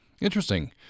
Interesting